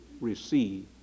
receive